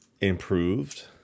improved